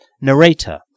narrator